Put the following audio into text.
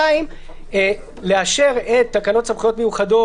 ואז היא נשארת עם ההגדרה שהיתה שאלה של